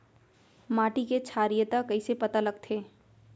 माटी के क्षारीयता कइसे पता लगथे?